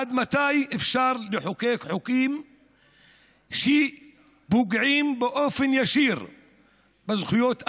עד מתי אפשר לחוקק חוקים שפוגעים באופן ישיר בזכויות אדם?